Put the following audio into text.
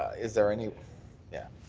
is there any yeah.